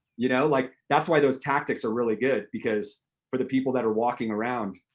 you know like that's why those tactics are really good because for the people that are walking around,